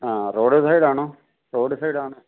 ആ റോഡ് സൈഡാണോ റോഡ് സൈഡാണോ